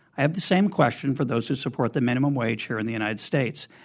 have the same question for those two support the minimum wage here in the united states.